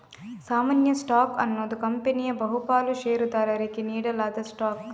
ಸಾಮಾನ್ಯ ಸ್ಟಾಕ್ ಅನ್ನುದು ಕಂಪನಿಯ ಬಹು ಪಾಲು ಷೇರುದಾರರಿಗೆ ನೀಡಲಾದ ಸ್ಟಾಕ್